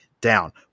down